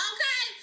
Okay